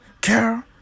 Carol